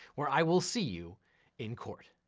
where i will see you in court.